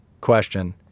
question